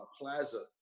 Plaza